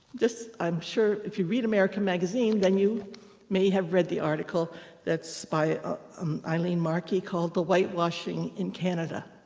i'm sure, if you read american magazine, then you may have read the article that's by ah um eileen markey called the white washing in canada.